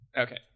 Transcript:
Okay